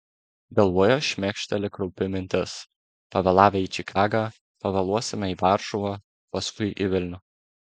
galvoje šmėkšteli kraupi mintis pavėlavę į čikagą pavėluosime į varšuvą paskui į vilnių